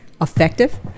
effective